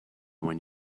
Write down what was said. when